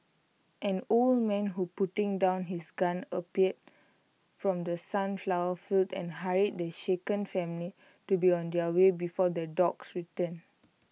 an old man who putting down his gun appeared from the sunflower fields and hurried the shaken family to be on their way before the dogs return